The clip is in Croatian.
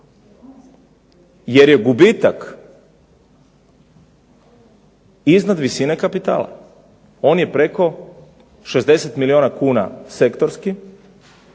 Jer je gubitak iznad visine kapitala, on je preko 60 milijuna kuna sektorski